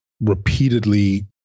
repeatedly